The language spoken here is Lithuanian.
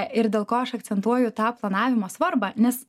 ir dėl ko aš akcentuoju tą planavimo svarbą nes